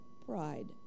pride